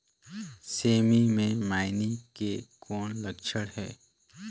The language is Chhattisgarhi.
सेमी मे मईनी के कौन लक्षण हे?